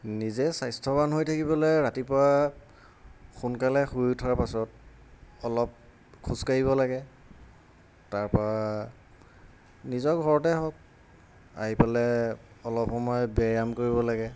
নিজে স্বাস্থ্যৱান হৈ থাকিবলৈ ৰাতিপুৱা সোনকালে শুই উঠাৰ পাছত অলপ খোজকাঢ়িব লাগে তাৰপৰা নিজৰ ঘৰতে হওক আহি পেলাই অলপ সময় ব্যায়াম কৰিব লাগে